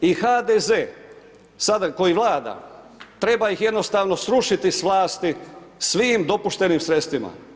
I HDZ-e sada koji vlada treba ih jednostavno srušiti s vlasti svim dopuštenim sredstvima.